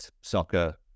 soccer